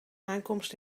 aankomst